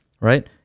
right